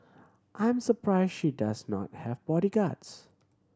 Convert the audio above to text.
I'm surprised she does not have bodyguards